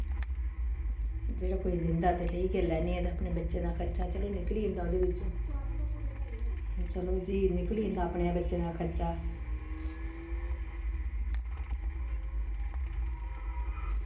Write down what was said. जेह्ड़ा कोई दिंदा ते लेई गै लैन्नी आं ते अपने बच्चें दा खर्चा चलो निकली जंदा ओह्दे बिचों चलो जी निकली जंदा अपने बच्चें दा खर्चा